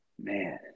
Man